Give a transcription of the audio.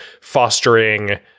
fostering